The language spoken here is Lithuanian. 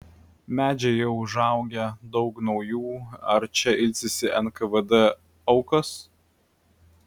medžiai jau užaugę daug naujų ar čia ilsisi nkvd aukos